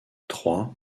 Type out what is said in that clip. trois